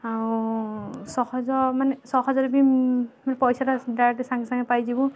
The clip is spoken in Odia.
ଆଉ ସହଜ ମାନେ ସହଜରେ ବି ପଇସାଟା ଡାଇରେକ୍ଟ ସାଙ୍ଗେ ସାଙ୍ଗେ ପାଇ ଯିବୁ